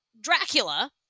Dracula